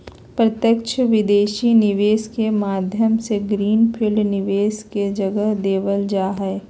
प्रत्यक्ष विदेशी निवेश के माध्यम से ग्रीन फील्ड निवेश के जगह देवल जा हय